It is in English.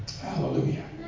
Hallelujah